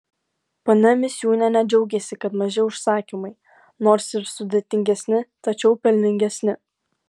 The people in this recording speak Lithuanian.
ponia misiūnienė džiaugiasi kad maži užsakymai nors ir sudėtingesni tačiau pelningesni